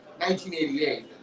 1988